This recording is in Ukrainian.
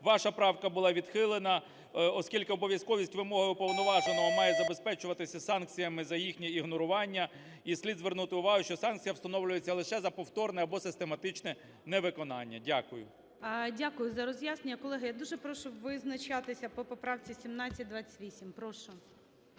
Ваша правка була відхилена, оскільки обов'язковість вимоги уповноваженого мають забезпечуватися санкціями за їхнє ігнорування. І слід звернути увагу, що санкція встановлюється лише за повторне або систематичне невиконання. Дякую. ГОЛОВУЮЧИЙ. Дякую за роз'яснення. Колеги, я дуже прошу визначатися по поправці 1728. Прошу.